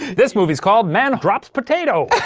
this movie's called man drops potato.